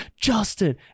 Justin